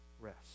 rest